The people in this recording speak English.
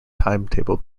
timetable